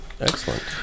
excellent